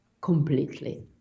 completely